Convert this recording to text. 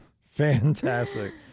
Fantastic